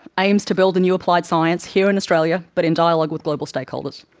aims to build a new applied science, here in australia, but in dialog with global stakeholders.